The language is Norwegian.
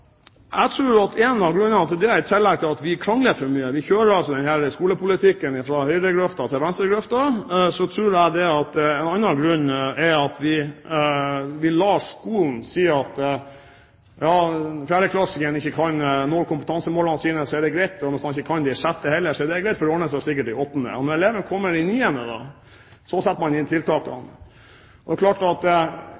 Jeg tror at en av grunnene til det, i tillegg til at vi krangler for mye – vi kjører altså denne skolepolitikken fra høyregrøfta til venstregrøfta – er at vi lar skolen si at om 4.-klassingene ikke når kompetansemålene sine, er det greit. Hvis man ikke gjør det i 6. klasse heller, er det greit, for det ordner seg sikkert i 8. klasse, og når elevene da kommer i 9. klasse, setter man inn tiltakene.